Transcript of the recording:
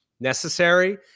necessary